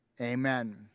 Amen